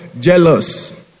Jealous